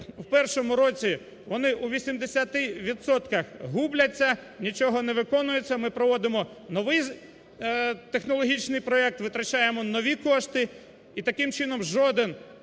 в першому році, вони у 80 відсотках губляться, нічого не виконується, ми проводимо новий технологічний проект, витрачаємо нові кошти і таким чином жоден